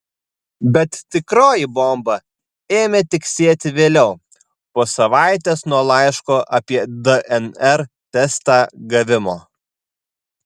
bet tikroji bomba ėmė tiksėti vėliau po savaitės nuo laiško apie dnr testą gavimo